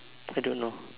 I don't know